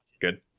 Good